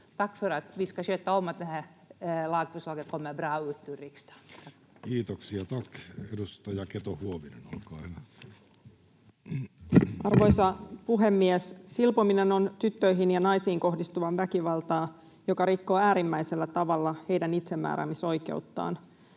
bra ut ur riksdagen. Kiitoksia, tack. — Edustaja Keto-Huovinen, olkaa hyvä. Arvoisa puhemies! Silpominen on tyttöihin ja naisiin kohdistuvaa väkivaltaa, joka rikkoo äärimmäisellä tavalla heidän itsemääräämisoikeuttaan.